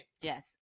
Yes